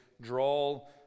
draw